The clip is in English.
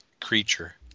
creature